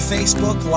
Facebook